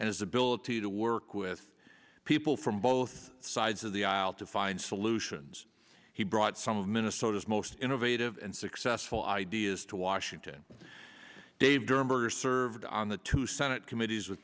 and his ability to work with people from both sides of the aisle to find solutions he brought some of minnesota's most innovative and successful ideas to washington dave served on the two senate committees with